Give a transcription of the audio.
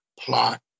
plot